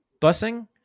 busing